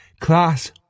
Class